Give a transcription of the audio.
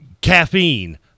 caffeine